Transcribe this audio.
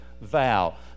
vow